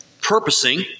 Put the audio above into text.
purposing